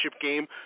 game